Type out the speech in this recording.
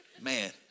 Man